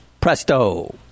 presto